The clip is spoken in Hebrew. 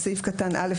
(1)בסעיף קטן (א),